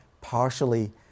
partially